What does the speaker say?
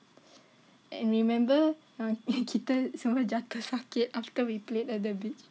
and remember yang kita semua jatuh sakit after we played at the beach